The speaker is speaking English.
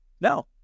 No